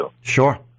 Sure